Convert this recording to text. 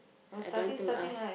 I don't want to ask